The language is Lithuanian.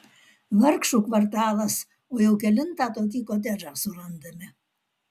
vargšų kvartalas o jau kelintą tokį kotedžą surandame